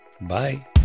bye